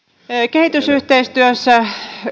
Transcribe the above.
kehitysyhteistyössä